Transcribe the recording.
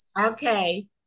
okay